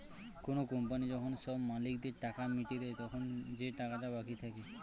কোনো কোম্পানি যখন সব মালিকদের টাকা মিটিয়ে দেয়, তখন যে টাকাটা বাকি থাকে